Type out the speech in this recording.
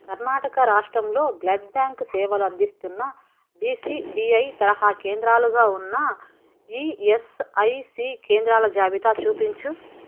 కర్ణాటక రాష్ట్రంలో blood bank సేవలందిస్తున్న DCBI తరహా కేంద్రాలుగా ఉన్న ఈఎస్ఐసి కేంద్రాల జాబితా చూపించు